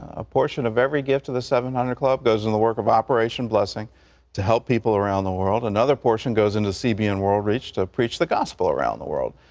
a portion of every gift to the seven hundred club goes into and the work of operation blessing to help people around the world. another portion goes into cbn world reach to preach the gospel around the world.